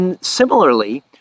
Similarly